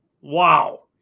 wow